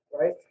right